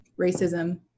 racism